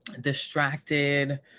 distracted